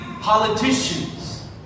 politicians